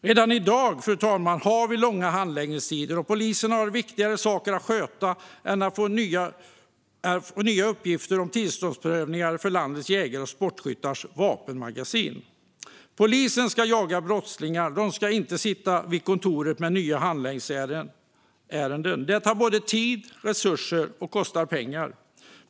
Redan i dag har vi, fru talman, långa handläggningstider, och polisen har viktigare saker att sköta än nya uppgifter i form av tillståndsprövningar för landets jägares och sportskyttars vapenmagasin. Polisen ska jaga brottslingar. De ska inte sitta på kontoret med nya handläggningsärenden - det kräver både tid och resurser, och det kostar pengar.